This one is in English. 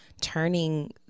turning